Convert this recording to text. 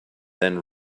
then